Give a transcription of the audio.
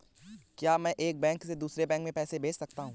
क्या मैं एक बैंक से दूसरे बैंक में पैसे भेज सकता हूँ?